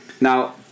now